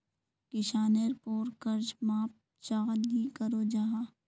किसानेर पोर कर्ज माप चाँ नी करो जाहा?